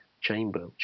Chamber